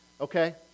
okay